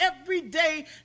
everyday